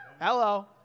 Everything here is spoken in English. Hello